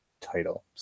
title